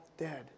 dead